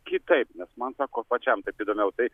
vis kitaip nes man sako pačiam taip įdomiau tai